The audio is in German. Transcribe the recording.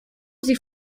sie